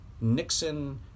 Nixon